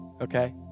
okay